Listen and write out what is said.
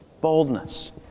Boldness